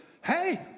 hey